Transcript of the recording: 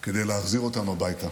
כדי להחזיר אותם הביתה.